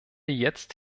jetzt